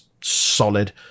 solid